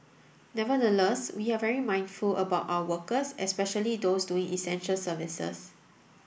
nevertheless we are very mindful about our workers especially those doing essential services